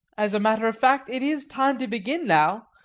as a matter of fact, it is time to begin now.